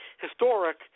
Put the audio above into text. historic